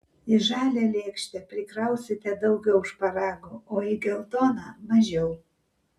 į žalią lėkštę prikrausite daugiau šparagų o į geltoną mažiau